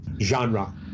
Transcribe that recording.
Genre